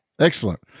Excellent